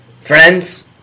friends